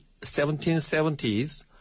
1770s